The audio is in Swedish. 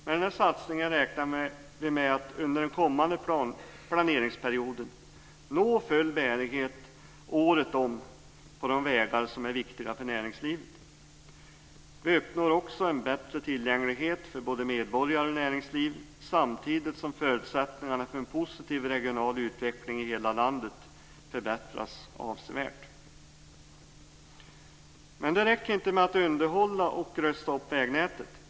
Med den här satsningen räknar vi med att under den kommande planeringsperioden nå full bärighet året om på de vägar som är viktiga för näringslivet. Vi uppnår också en bättre tillgänglighet för både medborgare och näringsliv samtidigt som förutsättningarna för en positiv regional utveckling i hela landet förbättras avsevärt. Men det räcker inte med att underhålla och rusta upp vägnätet.